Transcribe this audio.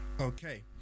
Okay